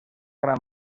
gran